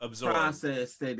processed